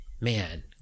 man